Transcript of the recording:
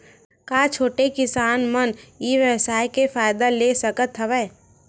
का छोटे किसान मन ई व्यवसाय के फ़ायदा ले सकत हवय?